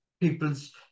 people's